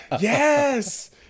Yes